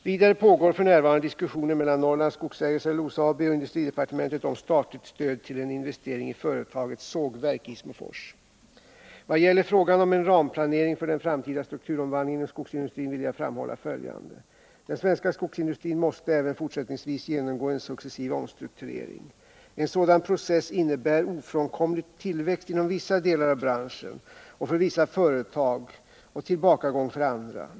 Vidare pågår f. n. diskussioner mellan Norrlands Skogsägares Cellulosa AB och industridepartementet om statligt stöd till en investering i företagets sågverk i Hissmofors. Vad gäller frågan om en ramplanering för den framtida strukturomvandlingen inom skogsindustrin vill jag framhålla följande. Den svenska skogsindustrin måste även fortsättningsvis genomgå en successiv omstrukturering. En sådan process innebär ofrånkomligt tillväxt inom vissa delar av branschen och för vissa företag och tillbakagång för andra.